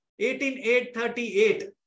18,838